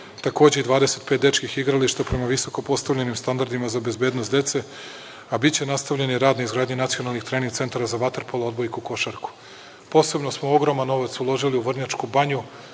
takođe i 25 dečijih igrališta prema visoko postavljenim standardima za bezbednost dece, a biće nastavljen i rad na izgradnji nacionalnih trening centara za vaterpolo, odbojku i košarku. Posebno smo ogroman novac uložili u Vrnjačku Banju,